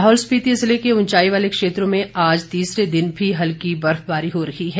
लाहौल स्पिति जिले के उंचाई वाले क्षेत्रों में आज तीसरे दिन भी हल्की बर्फबारी हो रही है